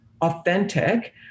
Authentic